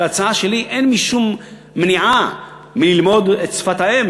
בהצעה שלי אין שום מניעה מללמוד את שפת האם,